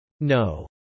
No